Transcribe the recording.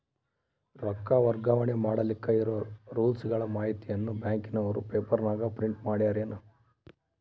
ರೊಕ್ಕ ವರ್ಗಾವಣೆ ಮಾಡಿಲಿಕ್ಕೆ ಇರೋ ರೂಲ್ಸುಗಳ ಮಾಹಿತಿಯನ್ನ ಬ್ಯಾಂಕಿನವರು ಪೇಪರನಾಗ ಪ್ರಿಂಟ್ ಮಾಡಿಸ್ಯಾರೇನು?